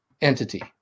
entity